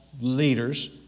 leaders